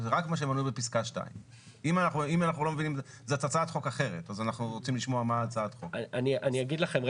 זה רק מה שמנויי בפסקה 2. אני אגיד לכם,